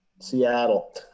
Seattle